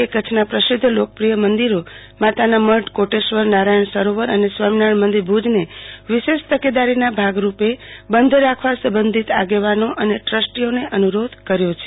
એ કચ્છના પ્રસિધ્ધ લોકપ્રિથ મંદિરો માતાનો મઢ કોટેશ્વર નારાયણ સરોવર અને સ્વામીનારાયણ મંદિર વિશેષ તકેદારીના ભાગરૂપે બંધ રાખવા સબંધિત આગેવાનો અને ટ્રસ્ટીઓને અનુરોધ કર્યો છે